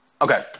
Okay